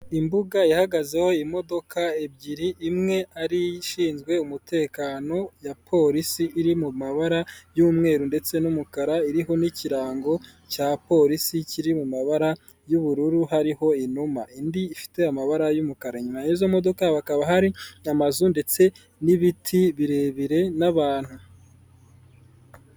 Imbuga ihagazeho imodoka ebyiri, imwe ari ishinzwe umutekano ya polisi, iri mu mabara y'umweru ndetse n'umukara, iriho n'ikirango cya polisi kiri mu mabara y'ubururu hariho inuma, indi ifite amabara y'umukara. Inyuma y'izo modoka hakaba hari amazu ndetse n'ibiti birebire n'abantu.